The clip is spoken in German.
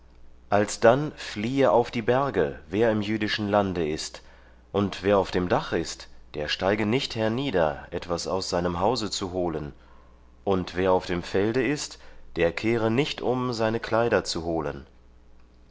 alsdann fliehe auf die berge wer im jüdischen lande ist und wer auf dem dach ist der steige nicht hernieder etwas aus seinem hause zu holen und wer auf dem felde ist der kehre nicht um seine kleider zu holen